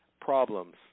problems